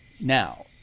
Now